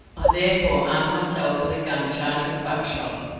i therefore armed myself with a gun charged with buckshot,